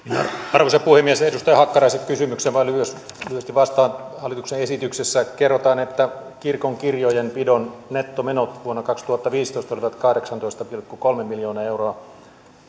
arvoisa puhemies edustaja hakkaraisen kysymykseen vain lyhyesti lyhyesti vastaan hallituksen esityksessä kerrotaan että kirkonkirjojen pidon nettomenot vuonna kaksituhattaviisitoista olivat kahdeksantoista pilkku kolme miljoonaa euroa